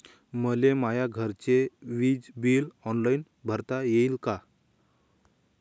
मले माया घरचे विज बिल ऑनलाईन भरता येईन का?